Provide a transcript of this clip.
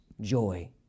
Joy